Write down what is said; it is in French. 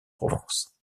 provence